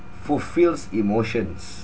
fulfils emotions